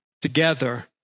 together